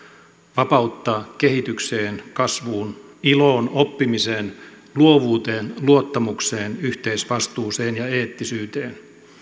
vapauttaa kehitykseen kasvuun iloon oppimiseen luovuuteen luottamukseen yhteisvastuuseen ja eettisyyteen